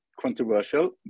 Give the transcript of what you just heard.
controversial